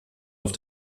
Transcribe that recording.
auf